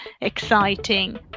exciting